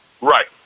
Right